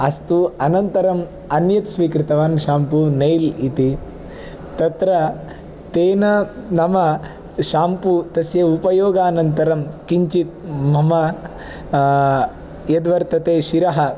अस्तु अनन्तरम् अन्यत् स्वीकृतवान् शेम्पू नैल् इति तत्र तेन नाम शेम्पू तस्य उपयोगानन्तरं किञ्चित् मम यत् वर्तते शिरः